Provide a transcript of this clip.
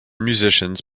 musicians